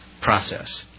process